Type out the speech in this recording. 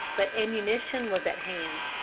but ammunition was at hand.